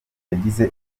yagize